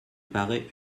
paraît